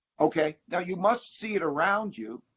ok? now you must see it around you.